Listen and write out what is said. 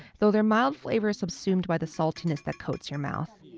though their mild flavor is subsumed by the saltiness that coats your mouth.